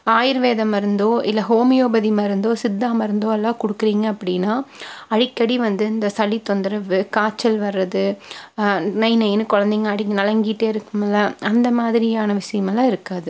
ஆயுர்வேத மருந்தோ இல்லை ஹோமியோபதி மருந்தோ சித்தா மருந்தோ எல்லாம் கொடுக்குறீங்க அப்படின்னா அடிக்கடி வந்து இந்த சளி தொந்தரவு காச்சல் வர்றது நை நைனு கொழந்தைங்க அடிக் நலங்கிட்டே இருக்குமில்ல அந்த மாதிரியான விஷயம் எல்லாம் இருக்காது